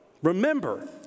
Remember